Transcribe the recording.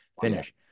Finish